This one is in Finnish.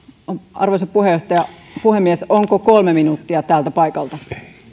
arvoisa puhemies onko kolme minuuttia täältä paikalta